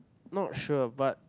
not sure but